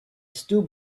still